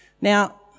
Now